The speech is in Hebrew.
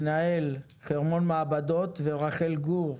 מנהל חרמון מעבדות ורחל גור,